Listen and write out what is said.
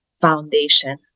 foundation